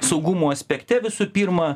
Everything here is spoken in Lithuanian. saugumo aspekte visų pirma